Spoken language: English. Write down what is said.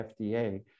FDA